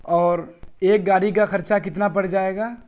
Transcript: اور ایک گاڑی کا خرچہ کتنا پڑ جائے گا